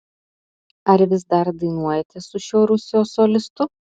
ar vis dar dainuojate su šiuo rusijos solistu